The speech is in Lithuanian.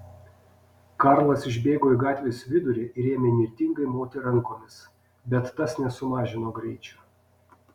karlas išbėgo į gatvės vidurį ir ėmė įnirtingai moti rankomis bet tas nesumažino greičio